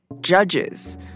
judges